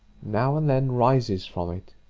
now-and-then rises from it